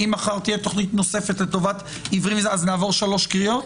אם מחר תהיה תוכנית נוספת לטובת עיוורים נעבור שלוש קריאות?